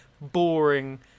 boring